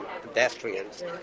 pedestrians